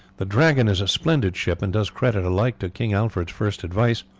the dragon is a splendid ship, and does credit alike to king alfred's first advice,